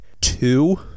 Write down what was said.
two